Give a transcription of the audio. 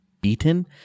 beaten